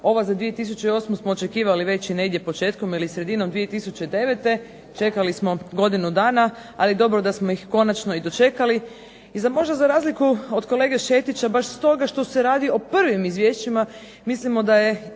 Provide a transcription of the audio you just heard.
Ova za 2008. smo očekivali već i negdje početkom ili sredinom 2009., čekali smo godinu dana, ali dobro da smo ih konačno i dočekali. I sad možda za razliku od kolege Šetića baš stoga što se radi o prvim izvješćima mislimo da je